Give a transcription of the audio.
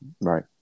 Right